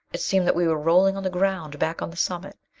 it seemed that we were rolling on the ground, back on the summit.